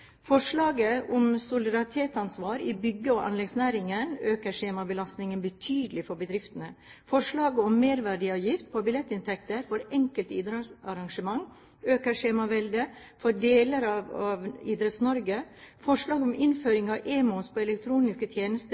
Forslaget om solidaransvar i bygge- og anleggsnæringen øker skjemabelastningen betydelig for bedriftene. Forslaget om merverdiavgift på billettinntekter for enkelte idrettsarrangement øker skjemabelastningen for deler av Idretts-Norge. Forslaget om innføring av e-moms på elektroniske tjenester